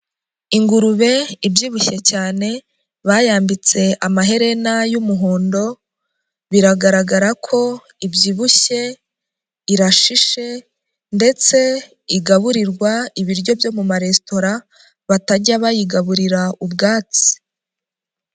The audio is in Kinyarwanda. Ingurubebyibushye cyane, bayambitse amaherena y'umuhondo, biragaragara kobyibushye, irashishe ndetse igaburirwa ibiryo byo mu maresitora, batajya bayigaburira ubwatsi.